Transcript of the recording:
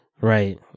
right